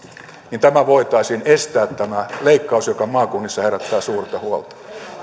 niin voitaisiin estää tämä leikkaus joka maakunnissa herättää suurta huolta